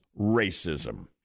racism